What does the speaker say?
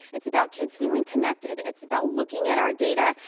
it's about kids feeling connected, it's about looking at our data,